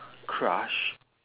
crush